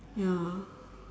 ya